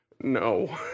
no